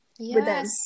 Yes